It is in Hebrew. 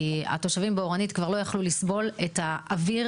כי התושבים באורנית כבר לא יכלו לסבול את האוויר